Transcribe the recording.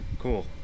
Cool